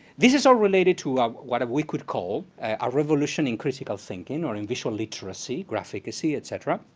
this is all related to what we could call a revolution in critical thinking, or in visual literacy, graphicacy, et cetera.